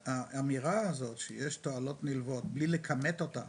האמירה הזאת שיש תועלות נלוות בלי לכמת אותם